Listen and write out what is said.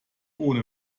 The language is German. ohne